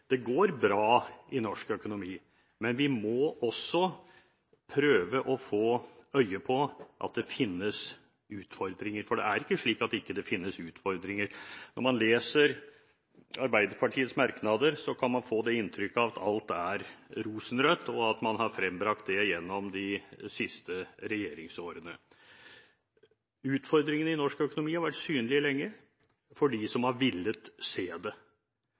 Det går bra i norsk økonomi, men vi må også prøve å få øye på utfordringene som finnes, for det er ikke slik at det ikke finnes utfordringer. Når man leser Arbeiderpartiets merknader, kan man få inntrykk av at alt er rosenrødt, og at man har frembrakt det gjennom de siste regjeringsårene. Utfordringene i norsk økonomi har vært synlige lenge for dem som har villet